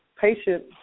patient